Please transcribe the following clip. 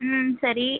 ம் சரி